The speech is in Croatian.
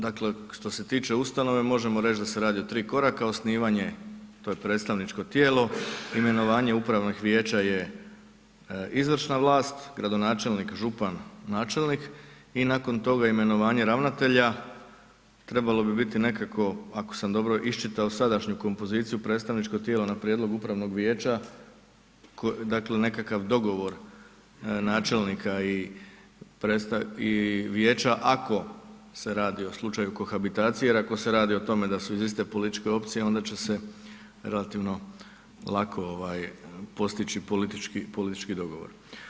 Dakle, što se tiče ustanove, možemo reći da se radi o tri koraka, osnivanje, to je predstavničko tijelo, imenovanje upravnih vijeća je izvršna vlast, gradonačelnik, župan, načelnik i nakon toga imenovanje ravnatelja, trebalo bi biti nekako ako sam dobro iščitao sadašnju kompoziciju, predstavničko tijelo na prijedlog upravnog vijeća, dakle nekakav dogovor načelnika i vijeća ako se radi o slučaju kohabitacije jer ako se radi o tome da su iz iste političke opcije onda će se relativno lako postići politički dogovor.